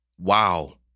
Wow